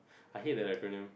I hate the acronym